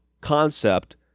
concept